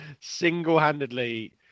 Single-handedly